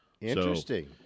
interesting